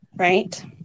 Right